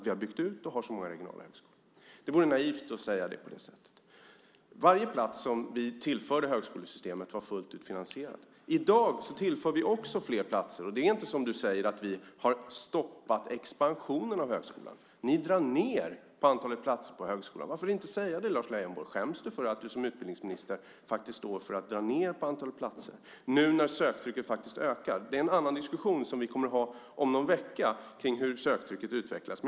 Varje plats som vi tillförde högskolesystemet var fullt ut finansierad. I dag tillför vi också fler platser. Det är inte som du säger att vi har stoppat expansionen av högskolan. Ni drar ned på antalet platser på högskolan. Varför säger du inte det, Lars Leijonborg? Skäms du för att du som högskoleminister faktiskt står för att dra ned på antalet platser nu när söktrycket ökar? Det är en annan diskussion som vi kommer att ha om någon vecka om hur söktrycket utvecklas.